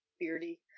Beardy